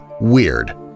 WEIRD